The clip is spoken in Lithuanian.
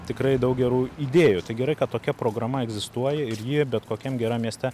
tikrai daug gerų idėjų tai gerai kad tokia programa egzistuoja ir ji bet kokiam geram mieste